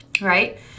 right